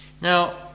Now